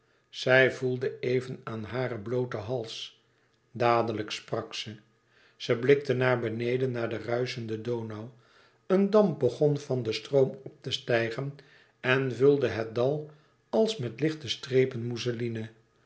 zij voelde even aan haren blooten hals dadelijk sprak ze ze blikte naar beneden naar den ruischenden donau een damp begon van den stroom op te stijgen en vulde het dal als met lichte strepen mousseline